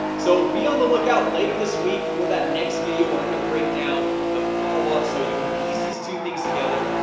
so be on the lookout later this week for that next video, where we're gonna break down the follow up so you can piece these two things together,